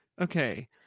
okay